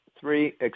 three